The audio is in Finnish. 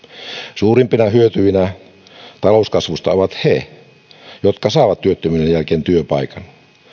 suurimpina hyötyjinä talouskasvusta ovat he jotka saavat työttömyyden jälkeen työpaikan